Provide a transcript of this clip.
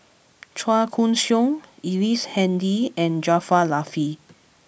Chua Koon Siong Ellice Handy and Jaafar Latiff